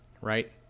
right